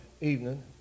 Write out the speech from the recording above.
evening